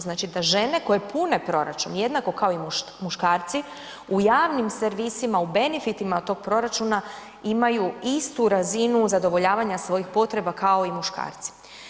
Znači, da žene koje pune proračun jednako kao i muškarci u javnim servisima, u benefitima od tog proračuna imaju istu razinu zadovoljavanja svojih potreba kao i muškarci.